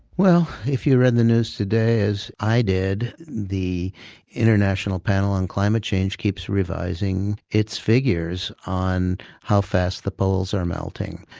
if you read the news today as i did, the international panel on climate change keeps revising its figures on how fast the poles are melting.